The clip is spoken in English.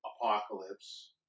Apocalypse